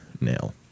nail